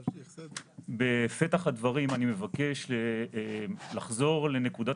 בפתח הדברים אני מבקש לחזור לנקודת